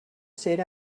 ser